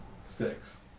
Six